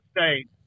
State